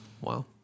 Wow